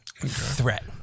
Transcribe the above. threat